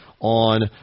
on